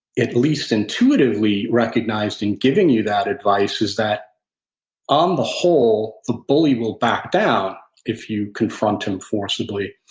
at least intuitively, recognized in giving you that advice, is that on the whole, the bully will back down if you confront him forcibly.